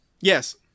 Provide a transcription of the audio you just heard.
yes